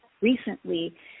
recently